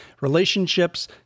relationships